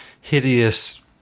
hideous